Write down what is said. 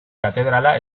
katedrala